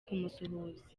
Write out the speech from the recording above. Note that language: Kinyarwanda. kumusuhuza